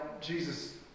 Jesus